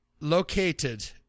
located